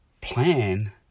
plan